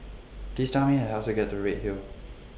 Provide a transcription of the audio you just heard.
Please Tell Me How to get to Redhill